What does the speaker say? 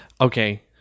Okay